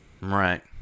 Right